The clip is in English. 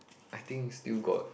I think still got